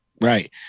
Right